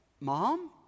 Mom